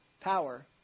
power